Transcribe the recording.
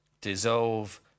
dissolve